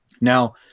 Now